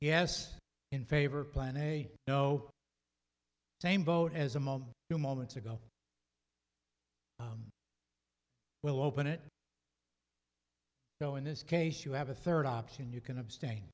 yes in favor of plan a no same boat as a mom who moments ago will open it though in this case you have a third option you can absta